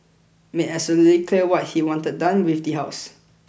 made absolutely clear what he wanted done with the house